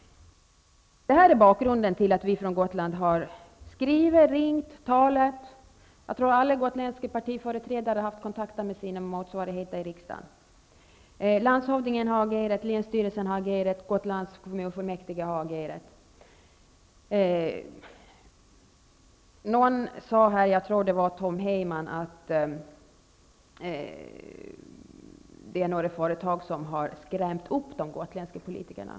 Det här är bakgrunden till att vi från Gotland har skrivit, ringt och talat. Jag tror att alla gotländska partiföreträdare har haft kontakter med sina motsvarigheter i riksdagen. Landshövdingen, länsstyrelsen och Gotlands kommunfullmäktige har agerat. Jag tror att det var Tom Heyman som sade att några företag har skrämt upp de gotländska politikerna.